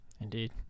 Indeed